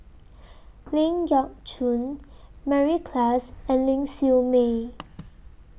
Ling Geok Choon Mary Klass and Ling Siew May